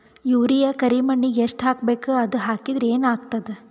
Urea ಕರಿಮಣ್ಣಿಗೆ ಎಷ್ಟ್ ಹಾಕ್ಬೇಕ್, ಅದು ಹಾಕದ್ರ ಏನ್ ಆಗ್ತಾದ?